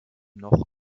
noch